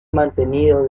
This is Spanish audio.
mantenido